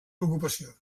preocupació